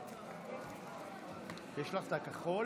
עוול, תיקון